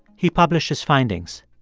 he published his findings.